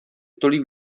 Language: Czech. tolik